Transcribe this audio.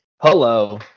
Hello